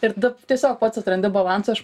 ir tada tiesiog pats atrandi balansą